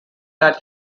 that